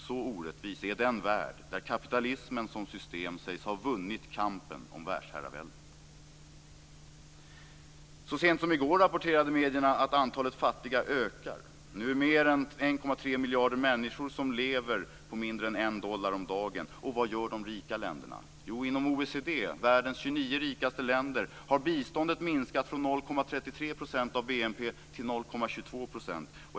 Så orättvis är den värld där kapitalismen som system sägs ha vunnit kampen om världsherraväldet. Så sent som i går rapporterade medierna att antalet fattiga ökar. Mer än 1,3 miljarder människor lever på mindre än 1 dollar om dagen. Vad gör de rika länderna? Jo, inom OECD - världens 29 rikaste länder - har biståndet minskat från 0,33 % av BNP till 0,22 %.